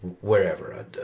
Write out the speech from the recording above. wherever